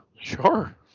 sure